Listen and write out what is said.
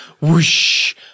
Whoosh